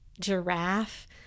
giraffe